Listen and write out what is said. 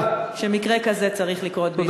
שמקרה כזה צריך לקרות בישראל.